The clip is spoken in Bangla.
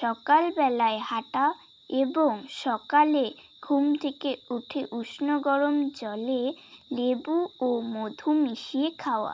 সকালবেলায় হাঁটা এবং সকালে ঘুম থেকে উঠে উষ্ণ গরম জলে লেবু ও মধু মিশিয়ে খাওয়া